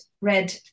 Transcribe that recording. red